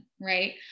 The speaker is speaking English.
right